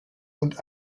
und